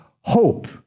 hope